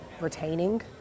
retaining